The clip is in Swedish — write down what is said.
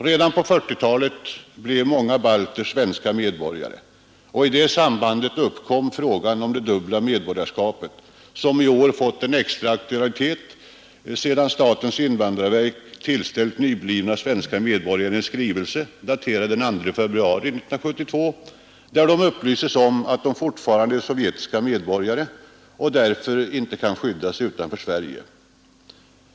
Redan på 1940-talet blev många balter svenska medborgare, och i det sambandet uppkom frågan om det dubbla medborgarskapet, som i år fått en extra aktualitet, sedan statens invandrarverk tillställt nyblivna svenska medborgare en skrivelse daterad den 2 februari 1972, där de upplyses om att de fortfarande är sovjetiska medborgare och därför inte kan skyddas utanför Sverige.